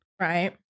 Right